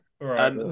Right